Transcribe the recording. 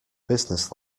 business